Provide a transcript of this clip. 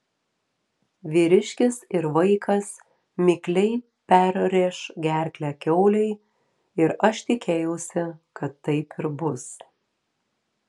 vyriškis ir vaikas mikliai perrėš gerklę kiaulei ir aš tikėjausi kad taip ir bus